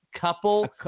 Couple